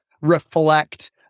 reflect